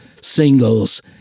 singles